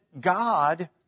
God